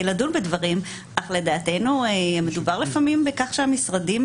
לדון בדברים אך לדעתנו מדובר לפעמים בכך שהמשרדים,